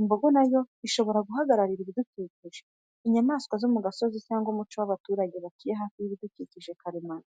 Imbogo na yo ishobora guhagararira ibidukikije, inyamaswa zo mu gasozi, cyangwa umuco w’abaturage batuye hafi y’ibidukikije karemano.